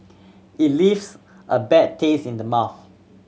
it leaves a bad taste in the mouth